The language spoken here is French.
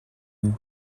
nous